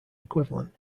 equivalent